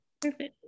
Perfect